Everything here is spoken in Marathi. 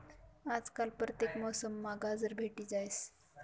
आजकाल परतेक मौसममा गाजर भेटी जास